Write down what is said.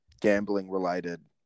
gambling-related